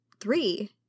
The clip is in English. three